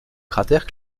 cratère